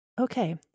okay